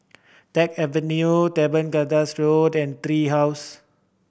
Teck Avenue Teban Gardens Road and Tree House